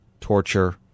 torture